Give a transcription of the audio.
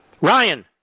Ryan